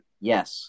Yes